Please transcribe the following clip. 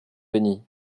bénit